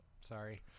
Sorry